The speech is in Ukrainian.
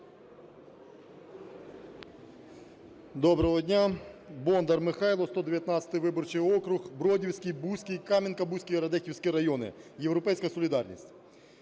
Доброго дня! Бондар Михайло, 119 виборчий округ, Бродівський, Бузький, Кам'янка-Бузький, Радехівський райони, "Європейська солідарність".